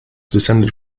descended